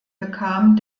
bekam